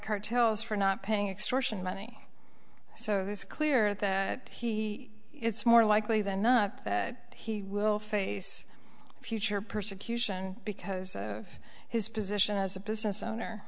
cartels for not paying extortion money so this is clear that he it's more likely than not that he will face a future persecution because of his position as a business owner